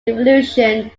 revolution